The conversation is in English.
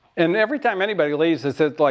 and every time anybody leaves it's it's like,